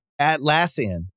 Atlassian